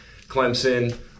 Clemson